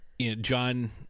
John